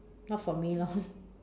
not for me lor